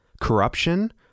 Corruption